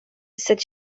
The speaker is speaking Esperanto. sed